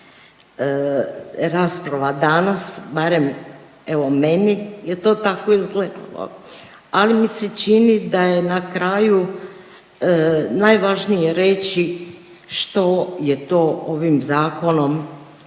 rasprava danas barem evo meni je to tako izgledalo, ali mi se čini da je na kraju najvažnije reći što je to ovim zakonom,